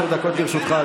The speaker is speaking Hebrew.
עשר דקות לרשותך,